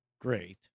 great